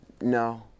No